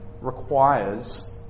requires